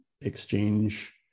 exchange